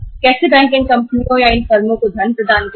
bank कैसे इन कंपनियों या फर्मों को फंड प्रदान करते हैं